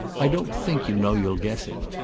i don't think, you know, you'll guess it.